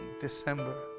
December